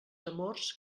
amors